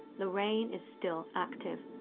lorraine is still active,